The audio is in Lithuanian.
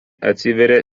atsiveria